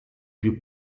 più